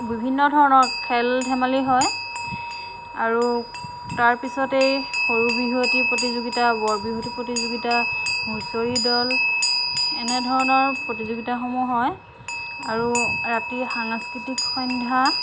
বিভিন্ন ধৰণৰ খেল ধেমালি হয় আৰু তাৰপিছতে এই সৰু বিহুৱতী প্ৰতিযোগিতা বৰ বিহুৱতী প্ৰতিযোগিতা হুঁচৰি দল এনেধৰণৰ প্ৰতিযোগিতাসমূহ হয় আৰু ৰাতিৰ সাংস্কৃতিক সন্ধ্যা